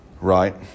Right